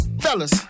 fellas